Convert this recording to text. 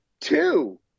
Two